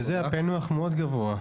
בזה הפיענוח מאוד גבוה.